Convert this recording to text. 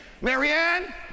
Marianne